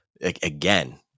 Again